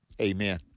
amen